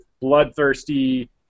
bloodthirsty